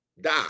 die